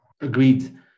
Agreed